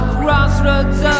crossroads